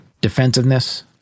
Defensiveness